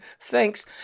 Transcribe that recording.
Thanks